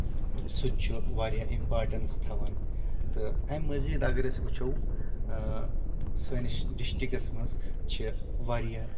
سُہ تہِ چھُ واریاہ امپارٹنس تھاوان تہٕ اَمہِ مٔزیٖد اَگر أسۍ وٕچھو سٲنِس ڈِسٹرکس منٛز چھِ واریاہ